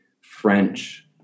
French